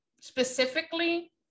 specifically